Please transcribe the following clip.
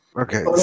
Okay